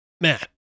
matt